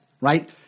Right